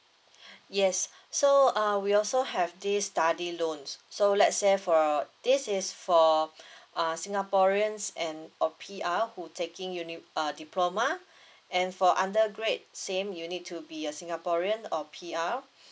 yes so uh we also have this study loans so let's say for this is for singaporeans and or P_R who taking uni uh diploma and for undergrad same you need to be a singaporean or P_R